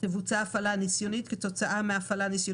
כשקובעים אזורי ניסוי חייבים לקחת בחשבון,